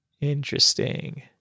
Interesting